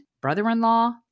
brother-in-law